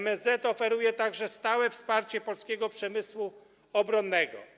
MSZ oferuje także stałe wsparcie polskiego przemysłu obronnego.